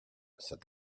said